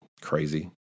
crazy